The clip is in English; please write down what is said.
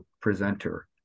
presenter